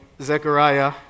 Zechariah